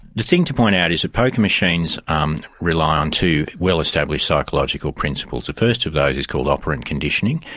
the thing to point out is that poker machines um rely on two well-established psychological principles. the first of those is called operant conditioning.